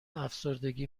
افسردگی